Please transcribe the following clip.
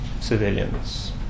civilians